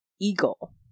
eagle